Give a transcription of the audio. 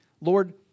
Lord